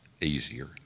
easier